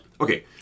Okay